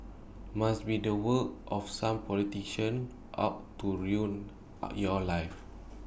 must be the work of some politician out to ruin your life